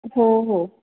हो हो